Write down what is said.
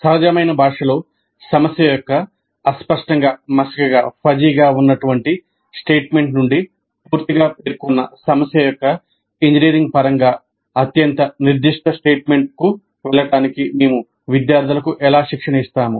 సహజమైన భాషలో సమస్య యొక్క అస్పష్టంగా మసకగా ఉన్నటువంటి స్టేట్మెంట్ నుండి పూర్తిగా పేర్కొన్న సమస్య యొక్క ఇంజనీరింగ్ పరంగా అత్యంత నిర్దిష్ట స్టేట్మెంట్కు వెళ్ళడానికి మేము విద్యార్థులకు ఎలా శిక్షణ ఇస్తాము